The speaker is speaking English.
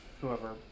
whoever